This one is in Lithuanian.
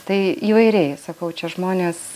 tai įvairiai sakau čia žmonės